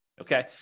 Okay